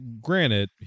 granted